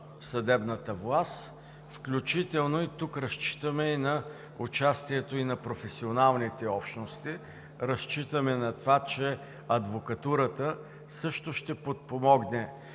съдебната власт, включително разчитаме и на участието на професионалните общности. Разчитаме на това, че адвокатурата също ще подпомогне